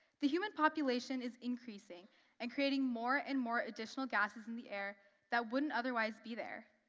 the human population is increasing and creating more and more additional gases in the air that wouldn't otherwise be there.